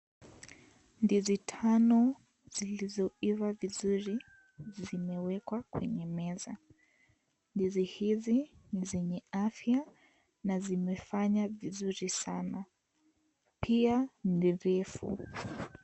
Ndizi tano zilizoiva vizuri zimewekwa kwenye meza. Ndizi hizi ni zenye afya na zimefanya vizuri sana. Pia ni mbivu.